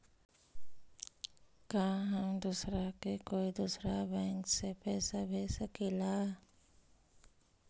का हम दूसरा के कोई दुसरा बैंक से पैसा भेज सकिला?